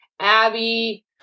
Abby